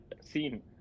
scene